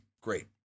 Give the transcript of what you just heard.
great